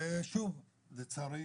ושוב, לצערי,